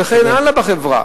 וכן הלאה בחברה.